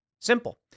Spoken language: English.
Simple